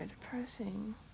depressing